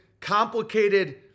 complicated